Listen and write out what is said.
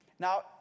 Now